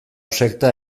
sekta